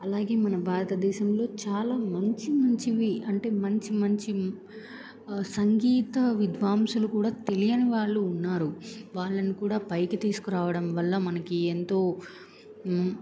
అలాగే మన భారతదేశంలో చాలా మంచి మంచివి అంటే మంచి మంచి సంగీత విద్వాంశలు కూడా తెలియని వాళ్ళు ఉన్నారు వాళ్ళని కూడా పైకి తీసుకురావడం వల్ల మనకి ఎంతో